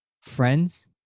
friends